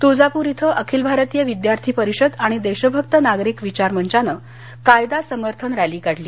तुळजापुर इथं अखिल भारतीय विद्यार्थी परिषद आणि देशभक नागरिक विचारमंचानं कायदा समर्थन रॅली काढली